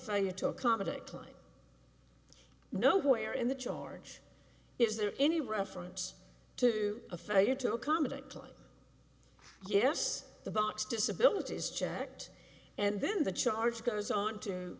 failure to accommodate time nowhere in the charge is there any reference to a failure to accommodate client yes the box disabilities checked and then the charge goes